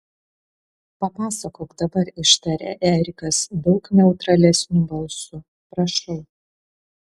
papasakok dabar ištarė erikas daug neutralesniu balsu prašau